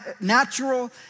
natural